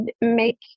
make